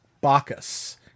Bacchus